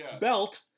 belt